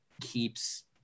keeps